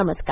नमस्कार